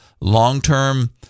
long-term